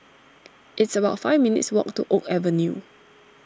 it's about five minutes' walk to Oak Avenue